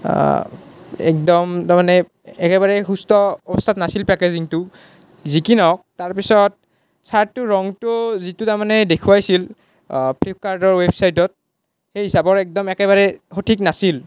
একদম তাৰমানে একেবাৰে সুস্থ অৱস্থাত নাছিল পেকেজিংটো যি কি নহওক তাৰ পিছত চাৰ্টটো ৰংটো যিটো তাৰমানে দেখুৱাইছিল ফ্লিপকাৰ্টৰ ৱেৱচাইটত সেই হিচাপৰ একদম একেবাৰেই সঠিক নাছিল